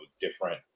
different